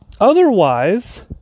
Otherwise